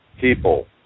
people